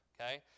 okay